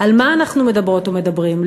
על מה אנחנו מדברות ומדברים,